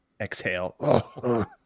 exhale